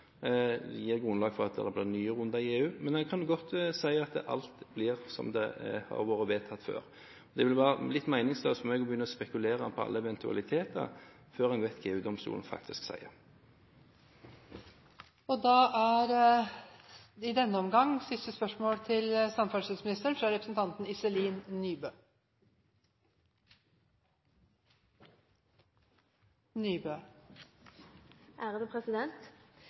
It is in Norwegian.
gir grunnlag for at det blir nye runder i EU. Men en kan godt si at alt blir som det har vært vedtatt før. Det ville være litt meningsløst for meg å begynne å spekulere om alle eventualiteter før man vet hva EU-domstolen faktisk